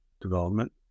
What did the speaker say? development